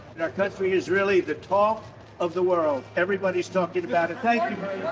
our country is really the talk of the world. everybody's talking about it. thank you very